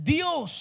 Dios